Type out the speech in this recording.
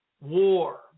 war